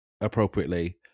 appropriately